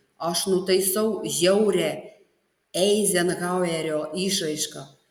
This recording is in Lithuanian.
aš nutaisau žiaurią eizenhauerio išraišką